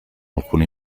alcune